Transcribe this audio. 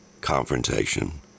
confrontation